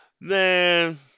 Man